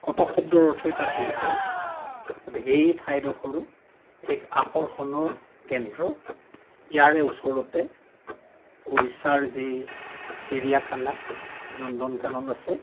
কটক শব্দৰ অৰ্থই তাৰ দূৰ্গ গতিকে এই ঠাইডোখৰো এক আকৰ্ষণৰ কেন্দ্ৰ ইয়াৰে ওচৰতে উৰিষ্য়াৰ যি চিৰিয়াখানা নন্দন কানন আছে